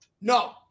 No